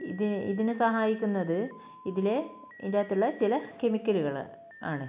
ഇതിന് സഹായിക്കുന്നത് ഇതിലെ ഇതിൻ്റകത്തുള്ള ചില കെമിക്കലുകൾ ആണ്